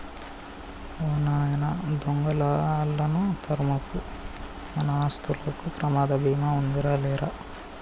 ఓ నాయన దొంగలా ఆళ్ళను తరమకు, మన ఆస్తులకు ప్రమాద భీమా ఉందాది లేరా